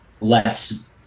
lets